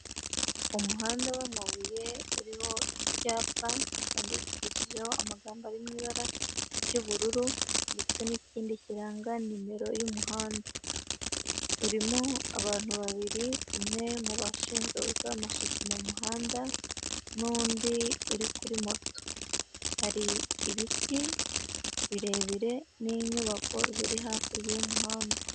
Umuhanda w'amabuye uriho icyapa cyandikishijeho amagambo ari mu ibara ry'ubururu, ndetse n'ikindi kiranga nimero y'umuhanda, urimo abantu babiri, umwe mubashinzwe gukora amasuku mu muhanda, n'undi uri kuri moto, hari ibiti birebire, n'inyubako ziri hakurya y'umuhanda.